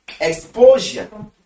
exposure